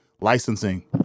licensing